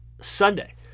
Sunday